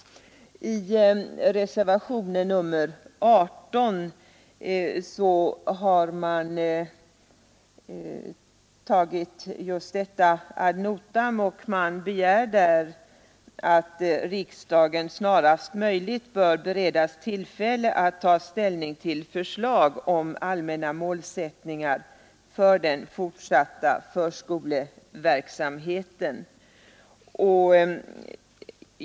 I reservationen 18 har man tagit just detta ad notam, och i denna reservation begärs att riksdagen snarast möjligt bör beredas tillfälle att ta ställning till förslag om allmänna målsättningar för den fortsatta förskoleverksamheten.